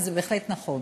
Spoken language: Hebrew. וזה בהחלט נכון.